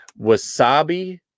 wasabi